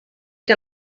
que